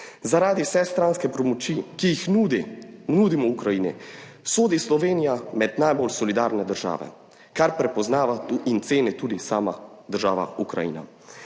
Zaradi vsestranske pomoči, ki jih nudimo Ukrajini, sodi Slovenija med najbolj solidarne države, kar prepoznava in ceni tudi sama država Ukrajina.